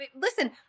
listen